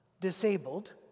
disabled